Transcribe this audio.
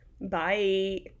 Bye